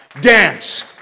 dance